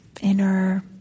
inner